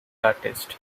artist